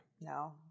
No